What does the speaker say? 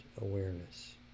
awareness